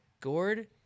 Gord